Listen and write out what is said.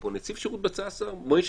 פה נציב שירות בתי הסוהר,